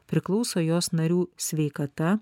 priklauso jos narių sveikata